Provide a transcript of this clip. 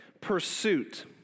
Pursuit